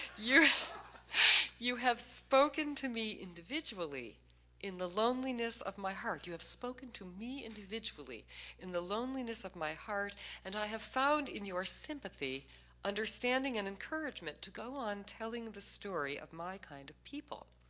you have spoken to me individually in the loneliness of my heart. you have spoken to me individually in the loneliness of my heart and i have found in your sympathy understanding and encouragement to go on telling the story of my kind of people.